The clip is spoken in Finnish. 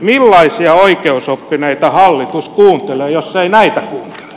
millaisia oikeusoppineita hallitus kuuntelee jos ei näitä kuuntele